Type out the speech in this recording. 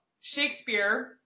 Shakespeare